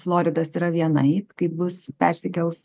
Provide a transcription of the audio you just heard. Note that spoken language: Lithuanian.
floridos yra vienaip kaip bus persikels